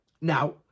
Now